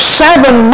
seven